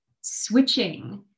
switching